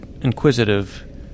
inquisitive